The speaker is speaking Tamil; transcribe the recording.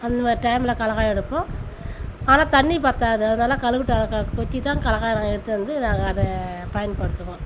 அந்தமாரி டைமில் கல்லாக்காய் எடுப்போம் ஆனால் தண்ணி பத்தாது அதை நல்லா களவுட்டு க கொத்திதான் கல்லாக்காயை நாங்கள் எடுத்துட்டு வந்து நாங்கள் அதை பயன்படுத்துவோம்